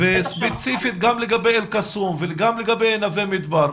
וספציפית גם לגבי אל קסום וגם לגבי נווה מדבר.